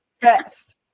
best